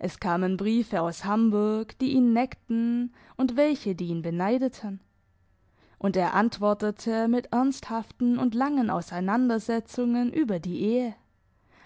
es kamen briefe aus hamburg die ihn neckten und welche die ihn beneideten und er antwortete mit ernsthaften und langen auseinandersetzungen über die ehe